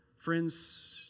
Friends